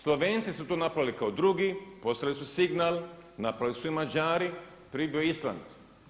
Slovenci su to napravili kao drugi, poslali su signal, napravili su i Mađari, prije je bio Island.